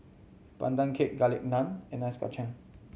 Pandan Cake Garlic Naan and Ice Kachang